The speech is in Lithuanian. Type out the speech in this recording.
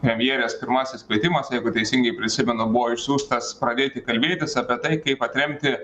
premjerės pirmasis kvietimas jeigu teisingai prisimenu buvo išsiųstas pradėti kalbėtis apie tai kaip atremti